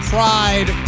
Pride